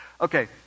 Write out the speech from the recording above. Okay